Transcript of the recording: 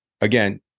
Again